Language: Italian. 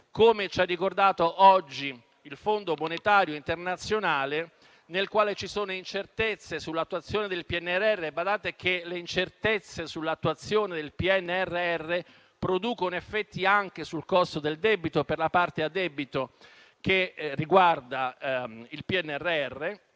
come ci ha ricordato oggi il Fondo monetario internazionale, nel quale ci sono incertezze sull'attuazione del PNRR; e badate che le incertezze sull'attuazione del PNRR producono effetti anche sul costo del debito, per la parte a debito che riguarda il PNRR.